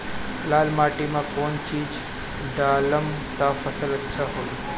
लाल माटी मे कौन चिज ढालाम त फासल अच्छा होई?